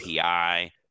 API